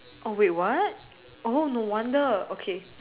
oh wait what oh no wonder okay